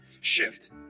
shift